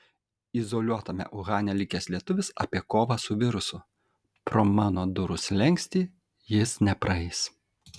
izoliuotame uhane likęs lietuvis apie kovą su virusu pro mano durų slenkstį jis nepraeis